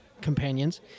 companions